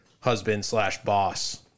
husband-slash-boss